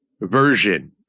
version